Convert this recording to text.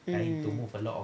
mm